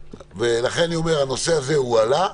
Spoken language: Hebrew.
הנושא הזה הועלה,